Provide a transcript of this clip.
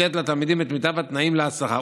לתת לתלמידים את מיטב התנאים להצלחה.